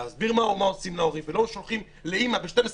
להסביר להורים מה עושים ולא לשלוח לאימא רווחה